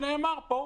כפי שנאמר פה,